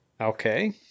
Okay